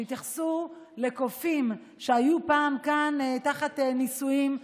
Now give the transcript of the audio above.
כשהתייחסו לקופים שהיו פעם כאן תחת ניסויים,